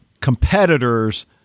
competitors